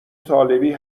طالبی